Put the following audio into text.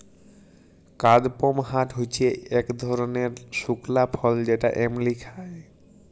কাদপমহাট হচ্যে ইক ধরলের শুকলা ফল যেটা এমলি খায়